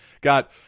got